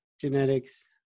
genetics